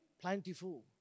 plentiful